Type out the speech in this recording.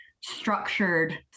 structured